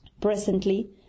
presently